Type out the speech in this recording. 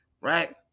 right